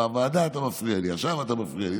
בוועדה אתה מפריע לי, עכשיו אתה מפריע לי.